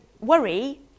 worry